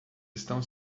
estão